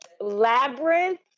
Labyrinth